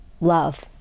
love